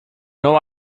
know